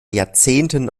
jahrzehnten